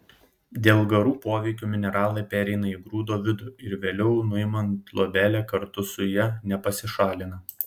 dėl garų poveikio mineralai pereina į grūdo vidų ir vėliau nuimant luobelę kartu su ja nepasišalina